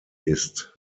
ist